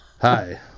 Hi